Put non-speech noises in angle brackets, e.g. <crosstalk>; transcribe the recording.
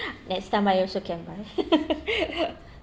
next time I also can buy <laughs>